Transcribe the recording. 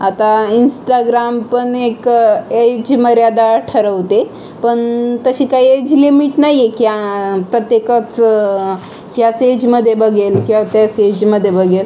आता इन्स्टाग्राम पण एक एज मर्यादा ठरवते पण तशी काही एज लिमिट नाही आहे की प्रत्येकच ह्याच एजमध्ये बघेल किंवा त्याच एजमध्ये बघेल